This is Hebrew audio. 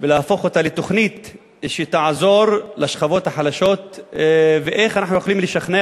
ולהפוך אותה לתוכנית שתעזור לשכבות החלשות ואיך אנחנו יכולים לשכנע